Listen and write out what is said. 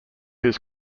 his